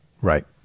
Right